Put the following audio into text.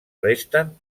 resten